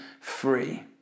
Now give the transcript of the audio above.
free